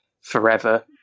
forever